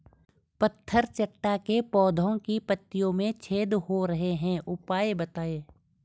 पत्थर चट्टा के पौधें की पत्तियों में छेद हो रहे हैं उपाय बताएं?